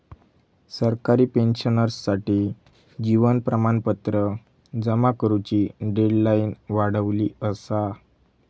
सरकारी पेंशनर्ससाठी जीवन प्रमाणपत्र जमा करुची डेडलाईन वाढवली असा